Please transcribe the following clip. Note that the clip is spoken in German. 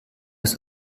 ist